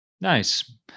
nice